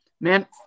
man